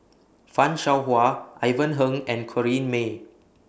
fan Shao Hua Ivan Heng and Corrinne May